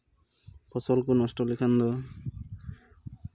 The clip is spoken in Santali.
ᱯᱷᱚᱥᱚᱞ ᱠᱚ ᱱᱚᱥᱴᱚ ᱞᱮᱠᱷᱟᱱ ᱫᱚ